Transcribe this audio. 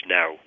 now